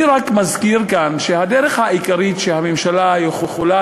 אני רק מזכיר כאן שהדרך העיקרית שהממשלה יכולה